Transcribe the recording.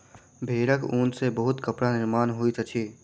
भेड़क ऊन सॅ बहुत कपड़ा निर्माण होइत अछि